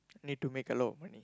need to make a lot of money